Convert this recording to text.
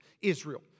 Israel